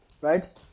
right